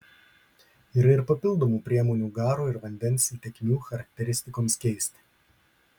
yra ir papildomų priemonių garo ir vandens įtekmių charakteristikoms keisti